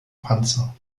panzer